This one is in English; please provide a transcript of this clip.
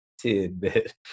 tidbit